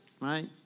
right